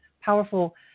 powerful